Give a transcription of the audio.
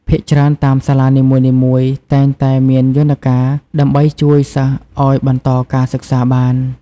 ភាគច្រើន តាមសាលានីមួយៗតែងតែមានយន្តការដើម្បីជួយសិស្សឲ្យបន្តការសិក្សាបាន។